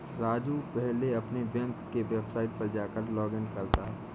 राजू पहले अपने बैंक के वेबसाइट पर जाकर लॉगइन करता है